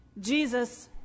Jesus